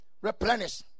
replenish